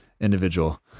individual